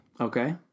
Okay